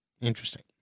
Interesting